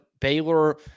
Baylor